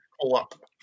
pull-up